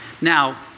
Now